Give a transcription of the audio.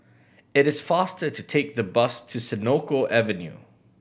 it is faster to take the bus to Senoko Avenue